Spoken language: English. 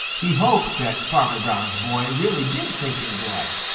he hoped that farmer brown's boy really did think him dead.